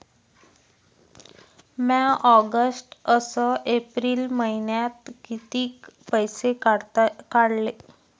म्या ऑगस्ट अस एप्रिल मइन्यात कितीक पैसे काढले?